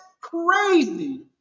crazy